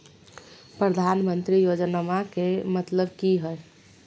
प्रधानमंत्री योजनामा के मतलब कि हय?